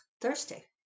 Thursday